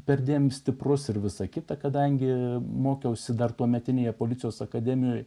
perdėm stiprus ir visa kita kadangi mokiausi dar tuometinėje policijos akademijoje